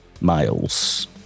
Miles